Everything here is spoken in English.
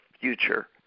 future